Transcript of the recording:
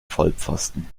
vollpfosten